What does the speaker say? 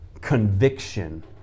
conviction